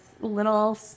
little